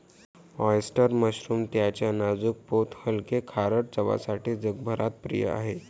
oyster mushroom त्याच्या नाजूक पोत हलके, खारट चवसाठी जगभरात प्रिय आहे